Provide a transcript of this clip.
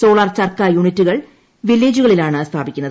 solar charkha യൂണിറ്റുകൾ വില്ലേജുകളിലാണ് സ്ഥാപിക്കുന്നത്